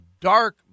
dark